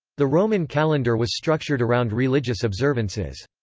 the roman calendar was structured around religious observances.